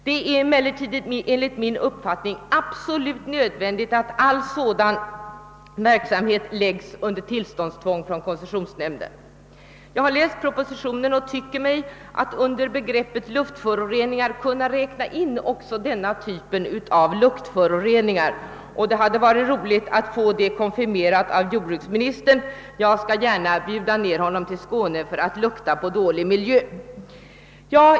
Det är emellertid enligt min uppfattning absolut nödvändigt att all sådan verksamhet läggs under tillståndstvång från koncessionsnämnden. Jag har läst propositionen och tycker mig under begreppet luftföroreningar även kunna räkna in denna typ av luktföroreningar, men det hade varit värdefullt att få detta konfirmerat av jordbruksministern. Jag skall gärna bjuda honom ned till Skåne för att lukta på dålig miljö.